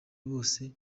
bose